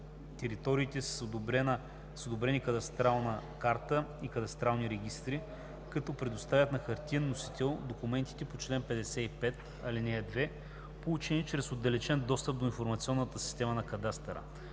териториите с одобрени кадастрална карта и кадастрални регистри, като предоставят на хартиен носител документите по чл. 55, ал. 2, получени чрез отдалечен достъп до информационната система на кадастъра.